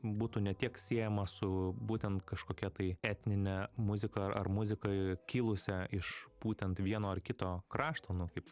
būtų ne tiek siejama su būtent kažkokia tai etninę muziką ar muziką kilusią iš būtent vieno ar kito krašto nu kaip